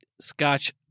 scotch